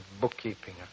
bookkeeping